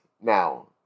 Now